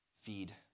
feed